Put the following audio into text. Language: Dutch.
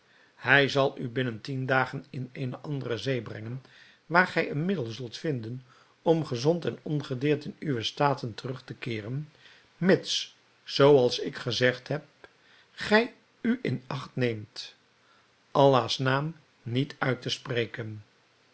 hij zal u binnen tien dagen in eene andere zee brengen waar gij een middel zult vinden om gezond en ongedeerd in uwe staten terug te keeren mits zoo als ik gezegd heb gij u in acht neemt allah's naam niet uit te spreken